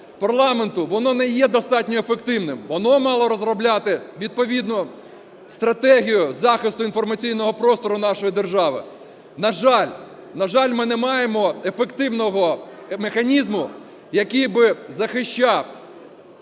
парламенту, воно не є достатньо ефективним. Воно мало розробляти відповідно стратегію захисту інформаційного простору нашої держави. На жаль, на жаль, ми не маємо ефективного механізму, який би захищав